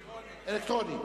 אלקטרונית.